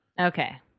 Okay